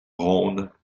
rhône